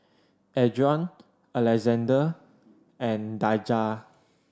Adron Alexande and Daijah